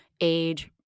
age